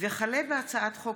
הצעת חוק